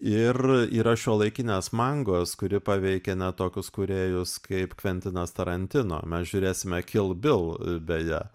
ir yra šiuolaikinės mangos kuri paveikia net tokius kūrėjus kaip kventinas tarantino mes žiūrėsime kil bil beje